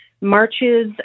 marches